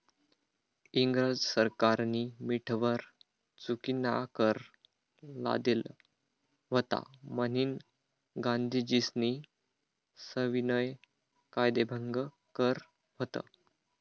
इंग्रज सरकारनी मीठवर चुकीनाकर लादेल व्हता म्हनीन गांधीजीस्नी सविनय कायदेभंग कर व्हत